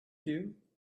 you